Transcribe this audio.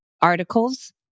articles